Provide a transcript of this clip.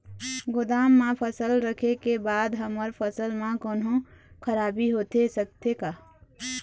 गोदाम मा फसल रखें के बाद हमर फसल मा कोन्हों खराबी होथे सकथे का?